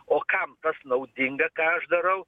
o kam tas naudinga ką aš darau